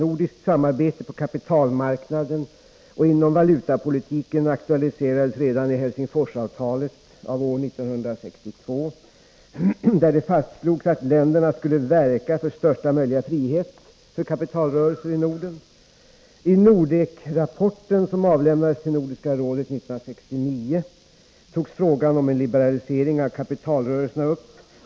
Nordiskt samarbete på kapitalmarknaden och inom valutapolitiken aktualiserades redan i Helsingforsavtalet av år 1962, där det fastslogs att länderna skulle verka för största möjliga frihet för kapitalrörelser i Norden. I Nordekrapporten, som avlämnades till Nordiska rådet 1969, togs frågan om en liberalisering av kapitalrörelserna upp.